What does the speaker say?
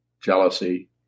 jealousy